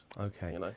Okay